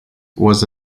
was